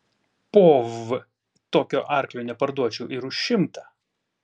po v tokio arklio neparduočiau ir už šimtą